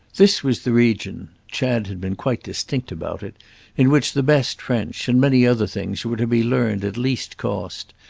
this was the region chad had been quite distinct about it in which the best french, and many other things, were to be learned at least cost,